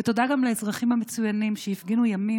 ותודה גם לאזרחים המצוינים שהפגינו ימים